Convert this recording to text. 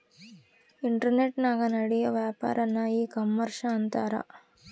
ಇಂಟರ್ನೆಟನಾಗ ನಡಿಯೋ ವ್ಯಾಪಾರನ್ನ ಈ ಕಾಮರ್ಷ ಅಂತಾರ